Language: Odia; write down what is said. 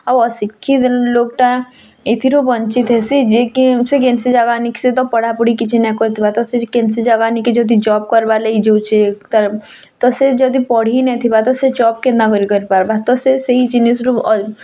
ଆଉ ଅଶିକ୍ଷିତ ଲୋକଟା ଏଥୁରୁ ବଞ୍ଚିତ ହେସି ଯେ କି ସେ ସେ ତ ପଢ଼ା ପଢ଼ି କିଛି ନା କର୍ ଥିବାର ସେ କେନ୍ସି ଜବାନୀ କେ ଯଦି ଜବ୍ କର୍ବା ଲାଗି ଯାଉଛେ ତାର୍ ସେ ଯଦି ପଢ଼ି ନେଇ ଥିବା ତ ସେ ଜବ୍ କେ ନା କର୍ ପର୍ବା ତ ସେ ସେଇ ଜିନିଷ୍ରୁ